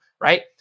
right